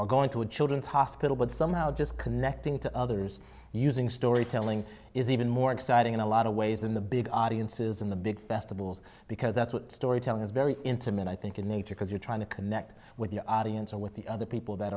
or going to a children's hospital but somehow just connecting to others using storytelling is even more exciting in a lot of ways in the big audiences in the big festivals because that's what storytelling is very intimate i think in nature because you're trying to connect with your audience or with the other people that